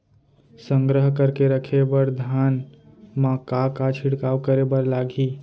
संग्रह करके रखे बर धान मा का का छिड़काव करे बर लागही?